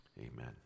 Amen